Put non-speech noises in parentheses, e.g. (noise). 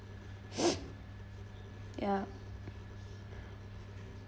(noise) ya